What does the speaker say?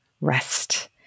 rest